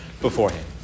beforehand